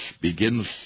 begins